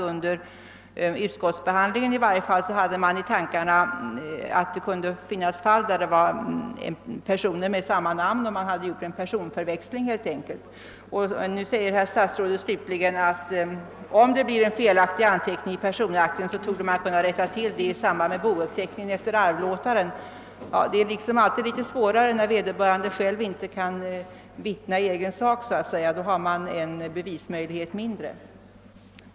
Under utskottsbehandlingen tänkte man sig i varje fall att det kunde finnas personer med samma namn och att det därigenom kunde ske förväxlingar. Statsrådet sade att om det blir en felaktig anteckning i personakten, torde den kunna rättas till i samband med bouppteckningen efter arvlåtaren. Det är alltid svårare när vederbörande själv inte kan så att säga vittna i egen sak, ty då har man en bevismöjlighet mindre.